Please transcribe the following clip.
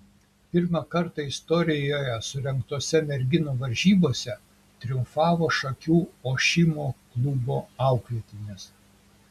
pirmą kartą istorijoje surengtose merginų varžybose triumfavo šakių ošimo klubo auklėtinės